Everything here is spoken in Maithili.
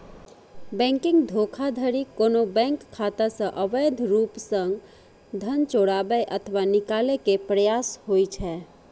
बैंकिंग धोखाधड़ी कोनो बैंक खाता सं अवैध रूप सं धन चोराबै अथवा निकाले के प्रयास होइ छै